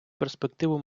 перспективу